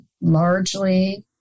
largely